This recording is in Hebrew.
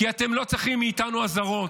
כי אתם לא צריכים מאיתנו אזהרות,